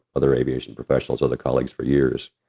other aviation professionals, other colleagues for years,